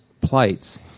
plates